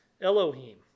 Elohim